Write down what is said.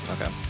Okay